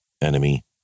enemy